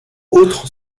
autres